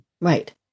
right